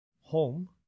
home